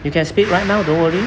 you can speak right now don't worry